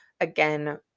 again